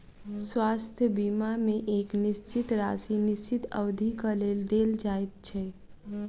स्वास्थ्य बीमा मे एक निश्चित राशि निश्चित अवधिक लेल देल जाइत छै